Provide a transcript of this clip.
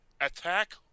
Attack